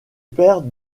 père